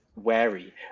wary